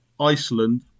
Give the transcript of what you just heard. Iceland